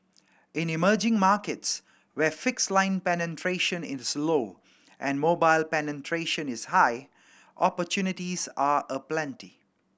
in emerging markets where fixed line penetration is low and mobile penetration is high opportunities are aplenty